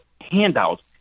handouts